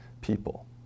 people